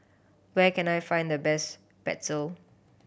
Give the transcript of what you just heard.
where can I find the best Pretzel